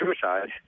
suicide